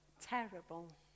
terrible